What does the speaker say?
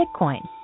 Bitcoin